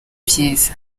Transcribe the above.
byiza